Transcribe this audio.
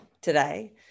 today